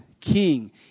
king